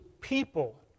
people